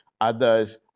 others